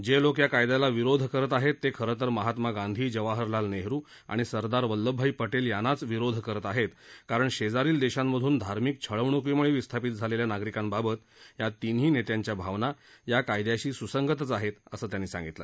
जे लोक या कायद्याला विरोध करत आहेत ते खरं तर महात्मा गांधी जवाहरलाल नेहरू आणि सरदार वल्लभभाई पटेल यांनाच विरोध करत आहेत कारण शेजारील देशांमधून धार्मिक छळवण्कीम्ळे विस्थापित झालेल्या नागरिकांबाबत या तिन्ही नेत्यांच्या भावना या कायद्याशी स्संगतच आहेत असं त्यांनी सांगितलं